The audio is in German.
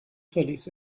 verließ